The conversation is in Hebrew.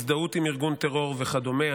הזדהות עם ארגון טרור וכדומה,